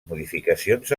modificacions